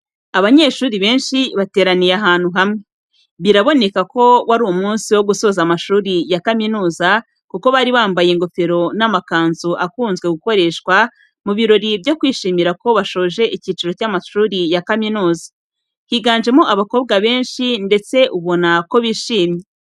Abanyeshuri benshi bateraniye ahantu hamwe, biraboneka ko wari umunsi wo gusoza amashuri ya kaminuza, kuko bari bambaye ingofero n'amakanzu akunzwe gukoreshwa, mu birori byo kwishimira ko bashoje icyiciro cy'amashuri ya kaminuza. Higanjemo abakobwa benshi ndetse ubona ko bishimye.